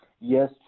yes